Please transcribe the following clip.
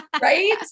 Right